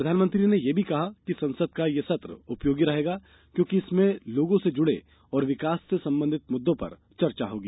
प्रधानमंत्री ने यह भी कहा कि संसद का यह सत्र उपयोगी रहेगा क्योंकि इसमें लोगों से जुड़े और विकास से संबंधित मुद्दों पर चर्चा होगी